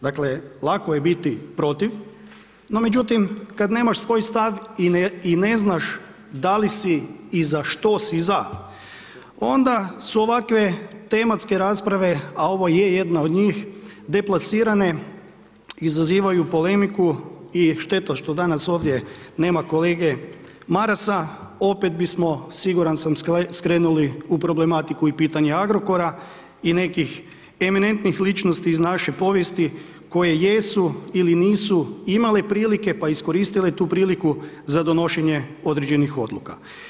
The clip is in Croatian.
Dakle, lako je biti protiv no međutim kad nemaš svoj stav i ne znaš da li si i za što si za, onda su ovakve tematske rasprave a ovo je jedna od njih, deplasirane, izazivaju polemiku i šteta što danas ovdje nema kolege Marasa, opet bismo siguran sa, skrenuli u problematiku i pitanje Agrokora i nekih eminentnih ličnosti iz naše povijesti koje jesu ili nisu imale prilike pa iskoristile tu priliku za donošenje određenih odluka.